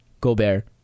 Gobert